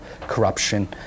corruption